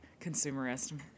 consumerist